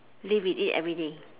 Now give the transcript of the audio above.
live with it everyday